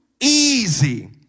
easy